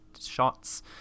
shots